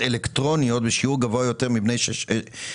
אלקטרוניות בשיעור גבוה יותר מבני 18-16,